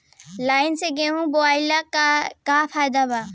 Line से गेहूं बोआई के का फायदा बा?